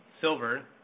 Silver